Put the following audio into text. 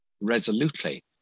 resolutely